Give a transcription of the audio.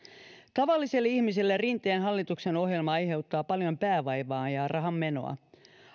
tavalliselle ihmiselle rinteen hallituksen ohjelma aiheuttaa paljon päänvaivaa ja rahanmenoa